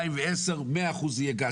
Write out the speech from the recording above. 2010, 100% יהיה גז.